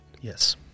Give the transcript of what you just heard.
Yes